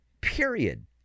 period